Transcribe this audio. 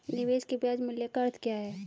निवेश के ब्याज मूल्य का अर्थ क्या है?